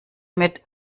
mit